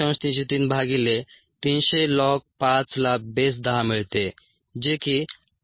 303 भागिले 300 लॉग 5 ला बेस 10 मिळते जे की 5